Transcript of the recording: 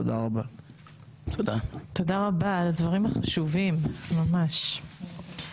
תודה רבה על הדברים החשובים ממש.